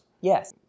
Yes